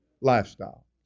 lifestyle